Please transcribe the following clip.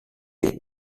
team